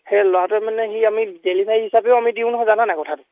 সেই ল'ৰাটোৱে মানে সি আমি ডেলিভাৰী হিচাপেও আমি দিওঁ নহয় জানানে কথাটো